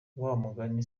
wamugani